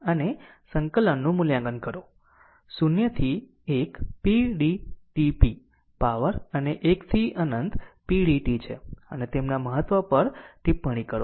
અને સંકલનનું મૂલ્યાંકન કરો 0 થી 1 pdtp પાવર અને 1 થી અનંત pdt છે અને તેમના મહત્વ પર ટિપ્પણી કરો